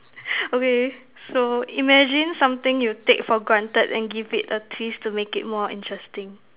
okay so imagine something you take for granted and give it a twist to make it more interesting